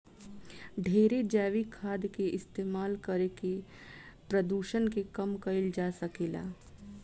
ढेरे जैविक खाद के इस्तमाल करके प्रदुषण के कम कईल जा सकेला